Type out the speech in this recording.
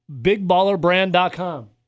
bigballerbrand.com